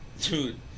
Dude